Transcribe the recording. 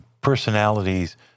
personalities